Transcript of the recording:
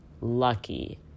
lucky